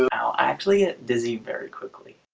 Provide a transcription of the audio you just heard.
and ah actually it dizzy very quickly